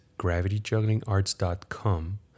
gravityjugglingarts.com